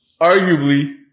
arguably